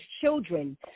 children